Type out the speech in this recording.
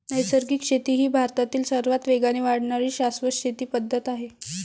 नैसर्गिक शेती ही भारतातील सर्वात वेगाने वाढणारी शाश्वत शेती पद्धत आहे